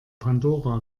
pandora